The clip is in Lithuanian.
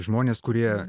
žmonės kurie